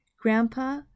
Grandpa